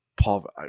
Paul